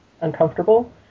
uncomfortable